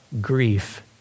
grief